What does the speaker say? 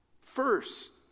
first